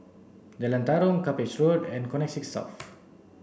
Jalan Tarum Cuppage Road and Connexis South